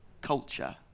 culture